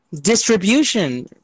distribution